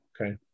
Okay